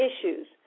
issues